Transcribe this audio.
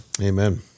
Amen